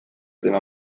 tema